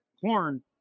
Corn